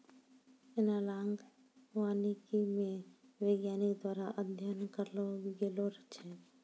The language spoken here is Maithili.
एनालाँक वानिकी मे वैज्ञानिक द्वारा अध्ययन करलो गेलो छै